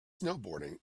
snowboarding